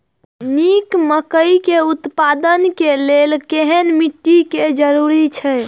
निक मकई उत्पादन के लेल केहेन मिट्टी के जरूरी छे?